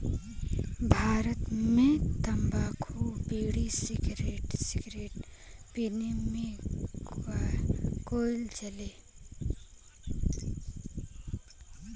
भारत मे तम्बाकू bidi, cigarette cigar पिए मे कइल जाला